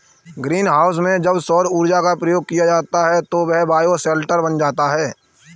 green house में जब सौर ऊर्जा का प्रयोग किया जाता है तो वह बायोशेल्टर बन जाता है